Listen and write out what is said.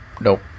Nope